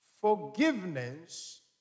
forgiveness